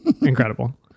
Incredible